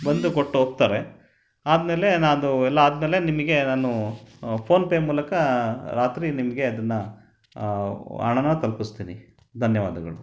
ಬಂದು ಕೊಟ್ಟು ಹೋಗ್ತಾರೆ ಆದ ಮೇಲೆ ನಾನು ಎಲ್ಲ ಆದ ಮೇಲೆ ನಿಮಗೆ ನಾನು ಫೋನ್ ಪೇ ಮೂಲಕ ರಾತ್ರಿ ನಿಮಗೆ ಅದನ್ನ ಹಣನ ತಲ್ಪಿಸ್ತೀನಿ ಧನ್ಯವಾದಗಳು